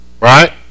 Right